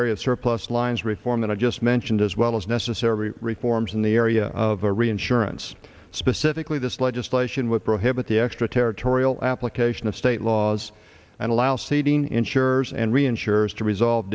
area surplus lines reform that i just mentioned as well as necessary reforms in the area of the reinsurance specifically this legislation would prohibit the extraterritorial application of state laws and allow seeding insurers and reinsurers to resolve